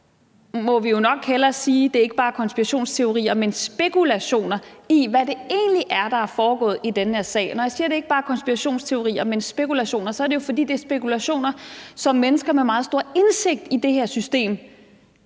må vi jo nok hellere sige, at det ikke bare er konspirationsteorier, men spekulationer i, hvad det egentlig er, der er foregået i den her sag. Når jeg siger, at det ikke bare er konspirationsteorier, men spekulationer, er det jo, fordi det er spekulationer, som mennesker med meget stor indsigt i det her system